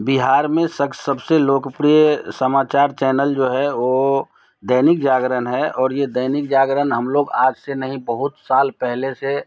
बिहार में सबसे लोकप्रिय समाचार चैनल जो है ओ दैनिक जागरण है और यह दैनिक जागरण हम लोग आज से नहीं बहुत साल पहले से